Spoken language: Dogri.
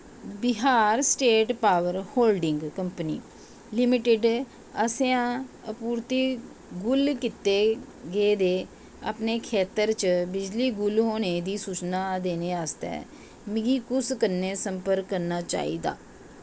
Bihar state power holding company limited आसेआ आपूर्ति गुल कीते गेदे अपने खेतर च बिजली गुल होने दी सूचना देने आस्तै मिगी कुस कन्नै संपर्क करना चाहिदा